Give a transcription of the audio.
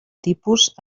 tipus